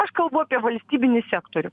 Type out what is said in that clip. aš kalbu apie valstybinį sektorių